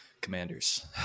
commanders